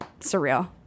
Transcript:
surreal